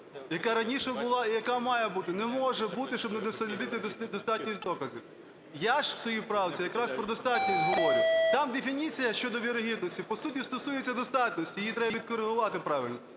яка раніше була і яка має бути? Не може бути, щоб не дослідити достатність доказів. Я ж в своїй правці якраз про достатність говорю. Там дефініція щодо вірогідності, по суті, стосується достатності, її треба відкоригувати правильно,